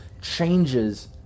changes